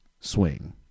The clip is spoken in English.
swing